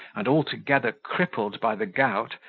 and altogether crippled by the gout,